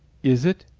is it?